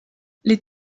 les